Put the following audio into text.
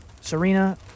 Serena